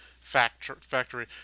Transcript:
factory